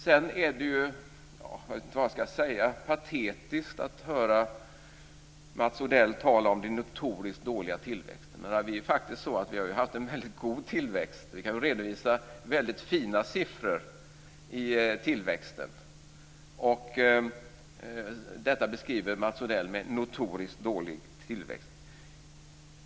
Sedan är det - jag vet inte vad jag ska säga - patetiskt att höra Mats Odell tala om den notoriskt dåliga tillväxten. Vi har faktiskt haft en väldigt god tillväxt. Vi kan redovisa väldigt fina siffror i fråga om tillväxten. Detta beskriver Mats Odell som en notoriskt dålig tillväxt.